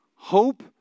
Hope